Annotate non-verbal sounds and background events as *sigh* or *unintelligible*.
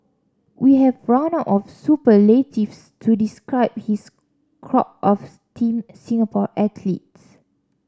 we have run out of superlatives to describe his crop of *unintelligible* Team Singapore athletes